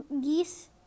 geese